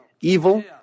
evil